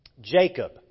Jacob